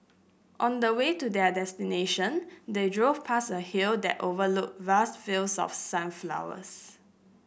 on the way to their destination they drove past a hill that overlooked vast fields of sunflowers